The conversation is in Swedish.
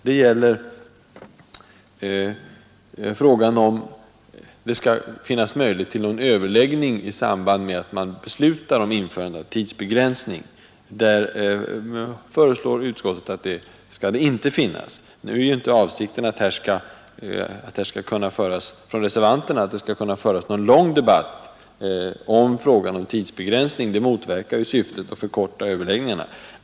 Det gäller för det första frågan om det skall finnas möjlighet till någon överläggning i samband med att man beslutar om införande av tidsbegränsning. Utskottet föreslår att någon sådan möjlighet inte skall finnas. Nu är ju inte reservanternas avsikt att det skall kunna föras någon lång debatt i frågan om tidsbegränsning — det motverkar ju syftet att förkorta överläggningarna.